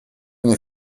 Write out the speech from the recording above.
мне